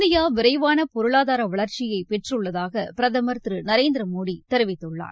India விரைவான பொருளாதார வளர்ச்சியை பெற்றுள்ளதாக பிரதமர் திரு நரேந்திர மோடி தெரிவித்துள்ளார்